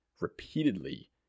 repeatedly